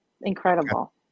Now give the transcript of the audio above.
incredible